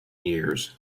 years